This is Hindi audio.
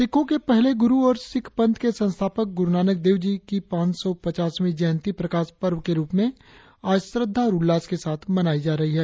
सिखों के पहले गुरु और सिख पंथ के संस्थापक गुरु नानक देव जी की पांच सौ पचासवीं जयंती प्रकाश पर्व के रुप में आज श्रद्धा और उल्लास के साथ मनायी जा रही है